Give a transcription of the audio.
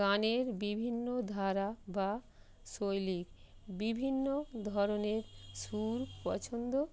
গানের বিভিন্ন ধারা বা শৈলী বিভিন্ন ধরনের সুর পছন্দ